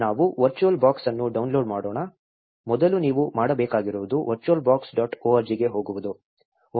ನಾವು virtual box ಅನ್ನು download ಮಾಡೋಣ ಮೊದಲು ನೀವು ಮಾಡಬೇಕಾಗಿರುವುದು virtual box dot org ಗೆ ಹೋಗುವುದು